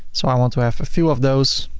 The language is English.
so i want to have a few of those,